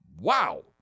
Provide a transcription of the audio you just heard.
Wow